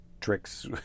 tricks